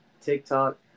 TikTok